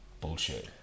bullshit